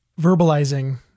verbalizing